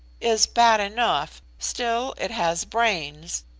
is bad enough, still it has brains,